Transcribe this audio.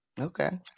Okay